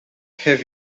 have